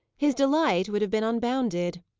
his delight would have been unbounded.